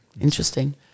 interesting